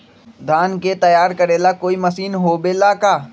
धान के तैयार करेला कोई मशीन होबेला का?